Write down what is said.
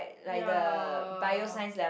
ya